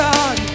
God